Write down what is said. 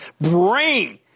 brain